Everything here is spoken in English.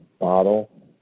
bottle